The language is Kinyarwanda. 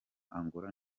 angola